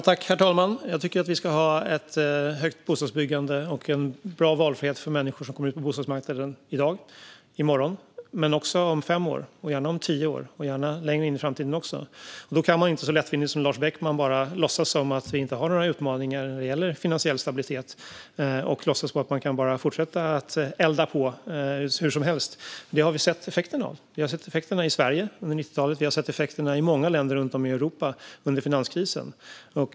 Herr talman! Jag tycker att vi ska ha ett stort bostadsbyggande och bra valfrihet för människor som kommer in på bostadsmarknaden i dag, i morgon och om fem år - och gärna om tio år och längre in i framtiden än så. Då kan man inte som Lars Beckman bara lättvindigt låtsas som att det inte finns några utmaningar när det gäller finansiell stabilitet och låtsas att vi bara kan fortsätta att elda på hur som helst. Det har vi sett effekterna av. Vi har sett effekterna i Sverige under 90-talet och effekterna i många länder runt om i Europa under finanskrisen.